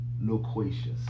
loquacious